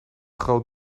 groot